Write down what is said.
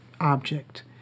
object